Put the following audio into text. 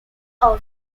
are